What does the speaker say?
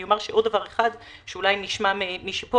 אני אומר עוד דבר אחד שאולי נשמע פה,